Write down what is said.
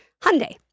Hyundai